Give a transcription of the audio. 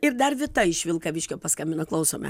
ir dar vita iš vilkaviškio paskambino klausome